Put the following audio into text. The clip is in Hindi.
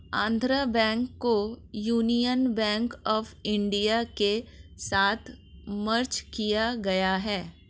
आन्ध्रा बैंक को यूनियन बैंक आफ इन्डिया के साथ मर्ज किया गया है